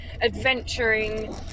adventuring